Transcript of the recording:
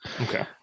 Okay